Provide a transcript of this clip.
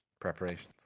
preparations